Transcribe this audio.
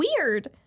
weird